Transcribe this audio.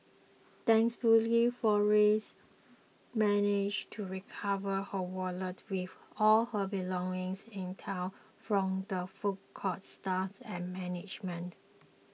thankfully Flores managed to recover her wallet with all her belongings intact from the food court's staff and management